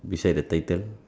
beside the title